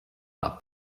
war